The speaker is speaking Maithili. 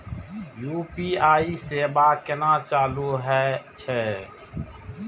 यू.पी.आई सेवा केना चालू है छै?